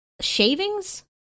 shavings